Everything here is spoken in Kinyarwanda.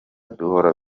duhora